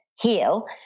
heal